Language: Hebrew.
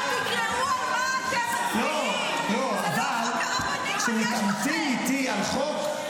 תקראו על מה אתם מצביעים --- מה יש לכם --- כשמתעמתים איתי על חוק,